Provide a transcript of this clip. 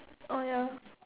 oh ya